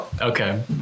Okay